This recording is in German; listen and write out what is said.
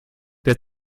der